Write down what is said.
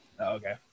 okay